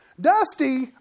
Dusty